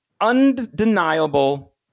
undeniable